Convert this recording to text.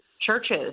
churches